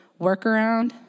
workaround